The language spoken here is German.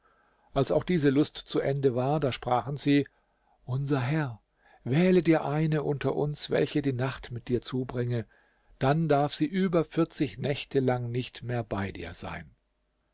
als auch diese lust zu ende war da sprachen sie unser herr wähle dir eine unter uns welche die nacht mit dir zubringe dann darf sie aber vierzig nächte lang nicht mehr bei dir sein